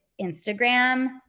Instagram